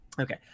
Okay